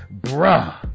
Bruh